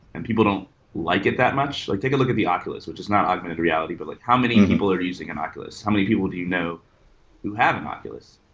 and people don't like it that much like take a look at the oculus, which is not augmented reality, but like how many people are using an oculus? how many people do you know who have an oculus?